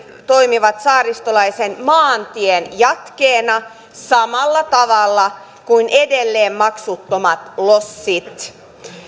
toimivat saaristolaisen maantien jatkeena samalla tavalla kuin edelleen maksuttomat lossit